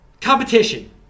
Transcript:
competition